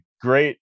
great